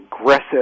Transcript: aggressive